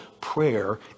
prayer